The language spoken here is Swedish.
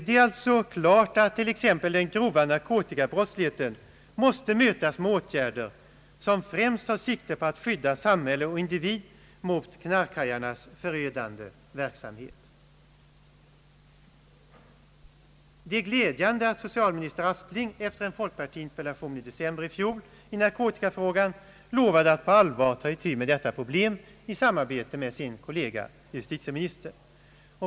Det är alltså klart att t.ex. den grova narkotikabrottsligheten måste mötas med åtgärder, som främst tar sikte på att skydda samhället och individen mot knarkhajarnas förödande verksamhet. Det är glädjande att socialminister Aspling efter en folkpartiinterpellation i december i fjol i narkotikafrågan lovade att på allvar ta itu med detta problem i samarbete med sin kollega justitieministern.